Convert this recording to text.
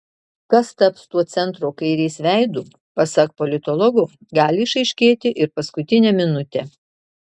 kas taps tuo centro kairės veidu pasak politologo gali išaiškėti ir paskutinę minutę